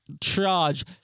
charge